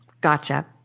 Gotcha